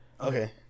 Okay